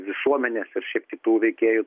visuomenės ir šiaip kitų veikėjų